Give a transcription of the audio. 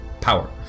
power